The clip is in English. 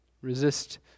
Resist